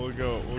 ah go